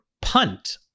punt